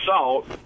salt